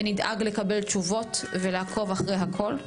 ונדאג לקבל תשובות ולעקוב אחרי הכול.